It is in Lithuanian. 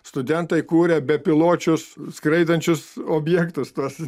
studentai kūrė bepiločius skraidančius objektus tuos